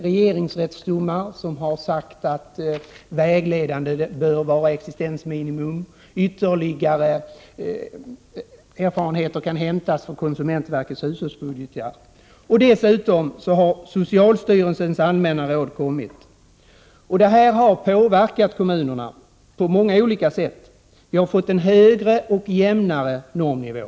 Regeringsrättsdomar har uttalat att existensminimum bör vara vägledande. Ytterligare erfarenheter kan hämtas från konsumentverkets hushållsbudgetar. Dessutom har socialstyrelsens allmänna råd kommit. Detta har påverkat kommunerna på många olika sätt. Vi har fått en högre och jämnare normnivå.